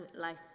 life